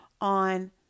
on